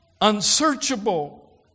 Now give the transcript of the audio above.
unsearchable